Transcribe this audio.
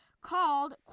called